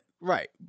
right